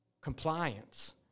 compliance